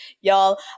y'all